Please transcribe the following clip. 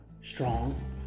strong